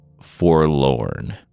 forlorn